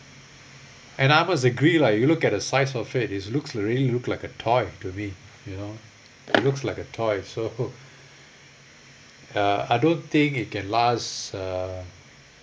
and I must agree lah you look at the size of it it's looks really look like a toy to me you know it looks like a toy so uh I don't think it can last uh